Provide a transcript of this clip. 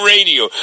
Radio